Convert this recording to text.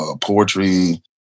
poetry